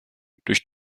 durch